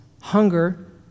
hunger